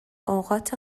اوقات